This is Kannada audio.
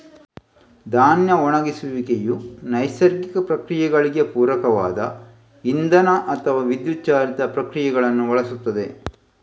ಧಾನ್ಯ ಒಣಗಿಸುವಿಕೆಯು ನೈಸರ್ಗಿಕ ಪ್ರಕ್ರಿಯೆಗಳಿಗೆ ಪೂರಕವಾದ ಇಂಧನ ಅಥವಾ ವಿದ್ಯುತ್ ಚಾಲಿತ ಪ್ರಕ್ರಿಯೆಗಳನ್ನು ಬಳಸುತ್ತದೆ